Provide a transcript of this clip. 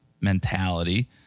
mentality